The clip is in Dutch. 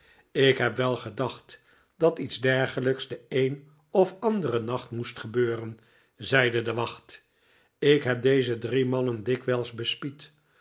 ik heb wel gedacht dat iets dergelijks den een of anderen nacht moest gebeuren zeide de wacht ik heb deze drie mannen dikwijls